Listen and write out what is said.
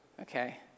Okay